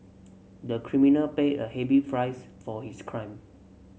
the criminal paid a heavy fries for his crime